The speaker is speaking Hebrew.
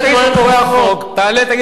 לא, לא, לא.